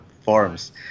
forums